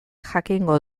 jakingo